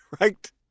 Right